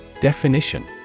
Definition